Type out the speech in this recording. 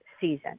season